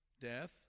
death